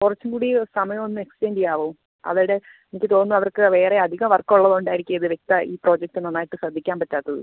കുറച്ചും കൂടി സമയം ഒന്ന് എക്സ്റ്റെൻഡ് ചെയ്യാമോ അവിടെ എനിക്ക് തോന്നുന്നു അവർക്ക് വേറെ അധികം വർക്ക് ഉള്ളതുകൊണ്ടായിരിക്കും ഇത് വ്യക്തം ആയി ഈ പ്രോജക്റ്റ് നന്നായിട്ട് ശ്രദ്ധിക്കാൻ പറ്റാത്തത്